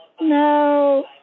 No